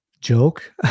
joke